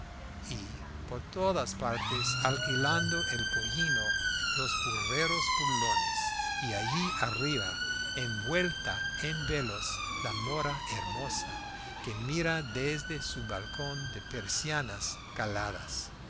y por todas partes alquilando el pollino los burreros burlones y allá arriba envuelta en velos la mora hermosa que mira desde su balcón de persianas caladas